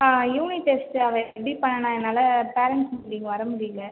unit test அவ எப்படி பண்ணுனா என்னால் பேரண்ட்ஸ் மீட்டிங் வர முடியல